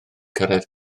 cyrraedd